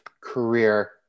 career